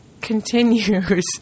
continues